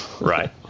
right